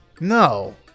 no